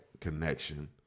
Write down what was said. connection